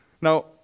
Now